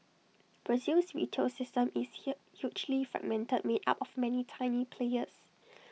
Brazil's retail system is hill hugely fragmented made up of many tiny players